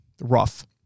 rough